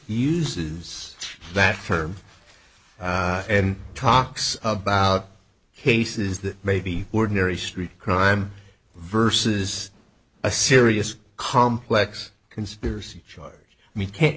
uses that term and talks about cases that may be ordinary street crime versus a serious complex conspiracy charge me can't